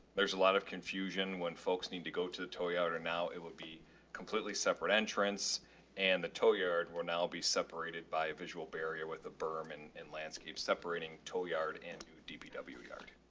there's a lot of confusion when folks need go to the toyota now it would be completely separate entrance and the tow yard. we're now be separated by a visual barrier with the berm and and landscapes separating tow yard. and new dpw yard.